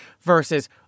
versus